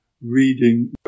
reading